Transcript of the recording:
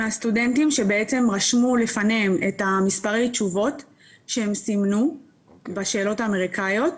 מהסטודנטים שרשמו לפניהם את מספרי התשובות שהם סימנו בשאלות האמריקאיות,